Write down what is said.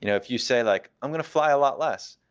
you know if you say, like i'm going to apply a lot less,